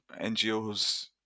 NGOs